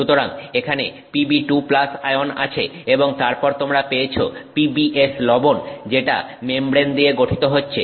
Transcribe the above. সুতরাং এখানে Pb2 ion আছে এবং তারপর তোমরা পেয়েছো PbS লবণ যেটা মেমব্রেন দিয়ে গঠিত হচ্ছে